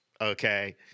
okay